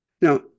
now